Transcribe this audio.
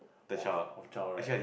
of of child right